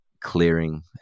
clearing